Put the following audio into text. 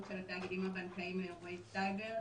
של התאגידים הבנקאיים לאירועי סייבר,